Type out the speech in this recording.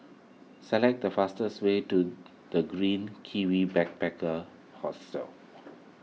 select the fastest way to the Green Kiwi Backpacker Hostel